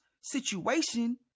situation